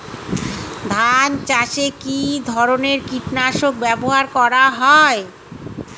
ধান চাষে কী ধরনের কীট নাশক ব্যাবহার করা হয়?